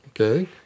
okay